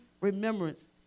remembrance